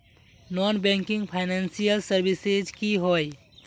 Non banking financial services की होय?